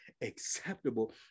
acceptable